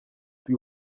plus